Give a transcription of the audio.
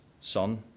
son